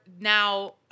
now